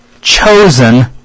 chosen